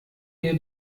ihr